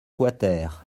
quater